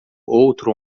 outro